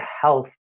health